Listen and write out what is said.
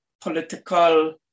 political